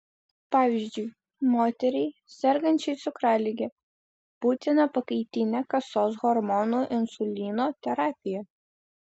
pavyzdžiui moteriai sergančiai cukralige būtina pakaitinė kasos hormono insulino terapija